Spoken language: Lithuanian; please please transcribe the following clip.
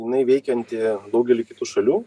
jinai veikianti daugely kitų šalių